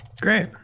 Great